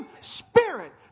spirit